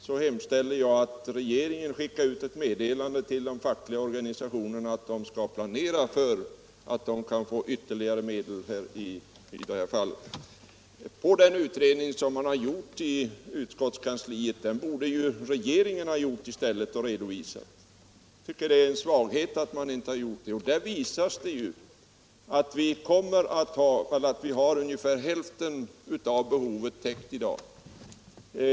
Jag hemställer att man i så fall till de fackliga organisationerna skickar ut ett meddelande om att de skall planera för att få ytterligare medel. Den utredning som utskottskansliet har gjort borde i stället regeringen ha redovisat. Jag tycker att det är en svaghet att regeringen inte har gjort det. Utredningen visar ju att ungefär hälften av behovet är täckt i dag.